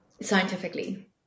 Scientifically